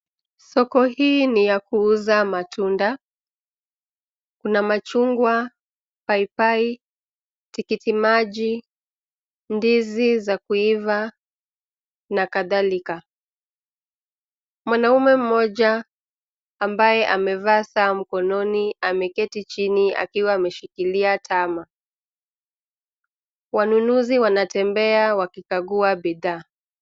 Soko hii niyakuuza matunda. Kuna machungwa, paipai, tikitimaji, ndizi za kuiva na kadhalika. Mwanaume moja ambaye amevaa saa mkononi ameketi chini akiwa ameshikilia tama. Wanunuzi wanatembea wakikagua bidhaa